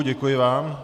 Děkuji vám.